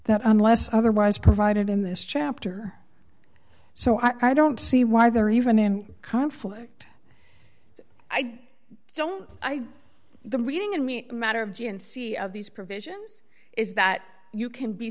that unless otherwise provided in this chapter so i don't see why they're even in conflict i don't buy the reading and me matter of gnc of these provisions is that you can be